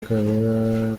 kagarama